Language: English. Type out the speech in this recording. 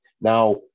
Now